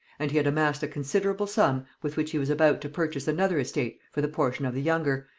and he had amassed a considerable sum with which he was about to purchase another estate for the portion of the younger,